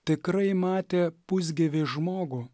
tikrai matė pusgyvį žmogų